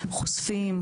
חושפים,